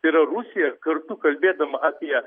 tai yra rusija kartu kalbėdama apie